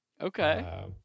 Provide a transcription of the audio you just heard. okay